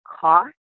cost